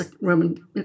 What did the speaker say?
Roman